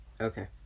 Okay